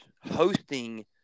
Hosting